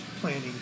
planning